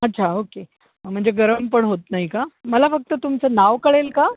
अच्छा ओक्के म्हणजे गरम पण होत नाही का मला फक्त तुमचं नाव कळेल का